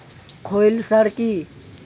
খৈল সার কি?